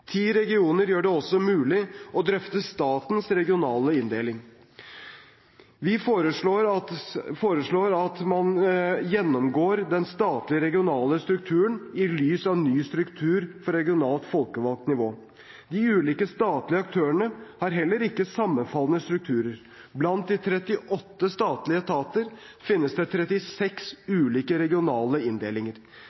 Ti regioner gjør det også mulig å drøfte statens regionale inndeling. Vi foreslår at man gjennomgår den statlige regionale strukturen i lys av ny struktur for regionalt folkevalgt nivå. De ulike statlige aktørene har heller ikke sammenfallende strukturer. Blant 38 statlige etater finnes det 36